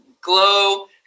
glow